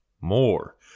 more